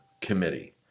committee